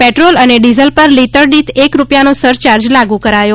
petrol અને diesel પર લીટરદીઠ એક રૂપિયાનો સરચાર્જ લાગુ કરાયો